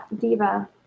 diva